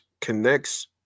connects